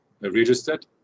registered